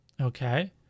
Okay